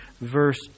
verse